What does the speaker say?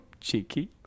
Cheeky